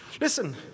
Listen